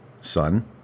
son